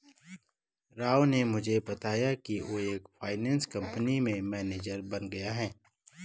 राव ने मुझे बताया कि वो एक फाइनेंस कंपनी में मैनेजर बन गया है